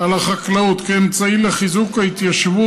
על החקלאות כאמצעי לחיזוק ההתיישבות,